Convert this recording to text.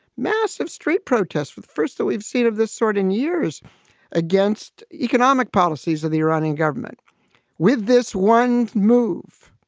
massive street protests with the first that we've seen of this sort in years against economic policies of the iranian government with this one move.